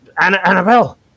Annabelle